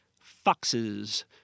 Foxes